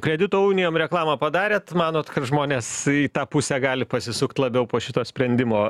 kredito unijom reklamą padarėt manot kad žmonės į tą pusę gali pasisukt labiau po šito sprendimo